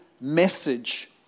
message